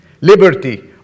liberty